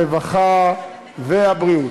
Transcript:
הרווחה והבריאות.